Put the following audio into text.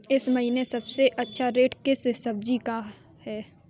इस महीने सबसे अच्छा रेट किस सब्जी का है?